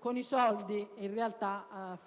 donna, alla madre,